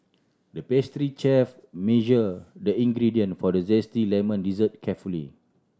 the pastry chef measured the ingredient for the zesty lemon dessert carefully